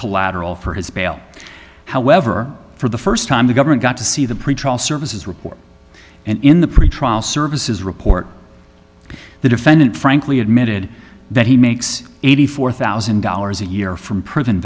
collateral for his bail however for the st time the government got to see the pretrial services report and in the pretrial services report the defendant frankly admitted that he makes eighty four thousand dollars a year from prison